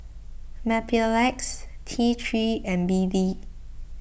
Mepilex T three and B D